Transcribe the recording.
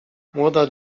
młoda